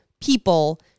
people